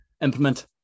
implement